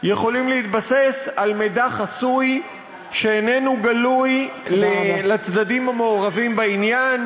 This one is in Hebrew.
יכולים להתבסס על מידע חסוי שאיננו גלוי לצדדים המעורבים בעניין,